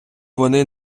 вони